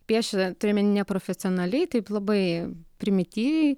piešia turiu omeny neprofesionaliai taip labai primityviai